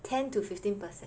ten to fifteen percent